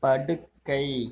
படுக்கை